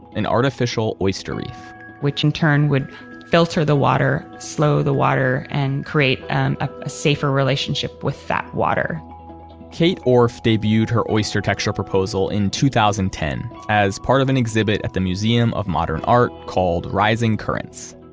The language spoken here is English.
an artificial oyster reef which in turn would filter the water, slow the water, and create and ah a safer relationship with that water kate orff debuted her oyster-tecture proposal in two thousand and ten, as part of an exhibit at the museum of modern art called rising currents.